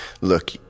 Look